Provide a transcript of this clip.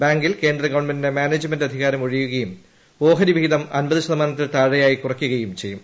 ബാങ്കിൽ കേന്ദ്രഗവൺമെന്റിന്റെ മാനേജ്മെന്റ് അധികാരം ഒഴിയുകയും ഓഹരിവിഹിതം അൻപത് ശതമാനത്തിൽ താഴെയായി കുറയ്ക്കുകയും ചെയ്യും